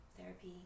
therapy